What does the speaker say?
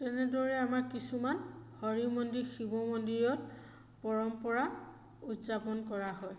তেনেদৰে আমাৰ কিছুমান হৰি মন্দিৰ শিৱ মন্দিৰত পৰম্পৰা উদযাপন কৰা হয়